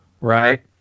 right